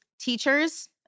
teachers